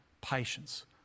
patience